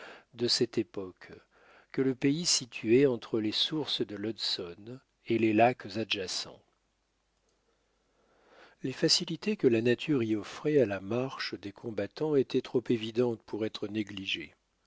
de cette époque que le pays situé entre les sources de l'hudson et les lacs adjacents les facilités que la nature y offrait à la marche des combattants étaient trop évidentes pour être négligées